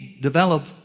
develop